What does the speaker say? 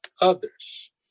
others